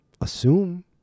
assume